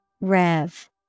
Rev